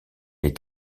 est